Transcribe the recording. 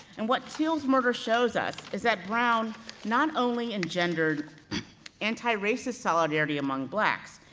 and what till's murder shows us is that brown not only engendered anti-racist solidarity among blacks,